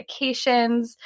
medications